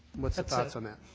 what's thoughts on that?